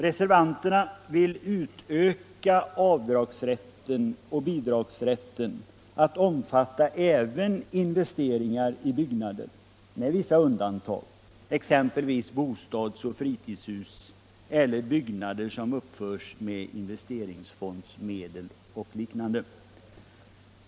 Reservanterna vill öka avdragsrätten och bidragsrätten till att omfatta även investeringar i byggnader med vissa undantag, exempelvis bostadsoch fritidshus eller byggnader som uppförs med investeringsfondsmedel och liknande.